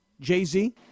jay-z